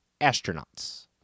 astronauts